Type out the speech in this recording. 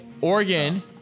Oregon